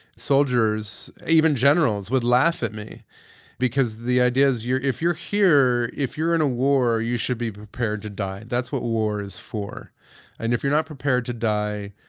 soldiers, even generals, would laugh at me because the idea is if you're here, if you're in a war, you should be prepared to die. that's what war is for and if you're not prepared to die,